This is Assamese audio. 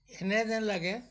এনে যেন লাগে